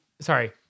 Sorry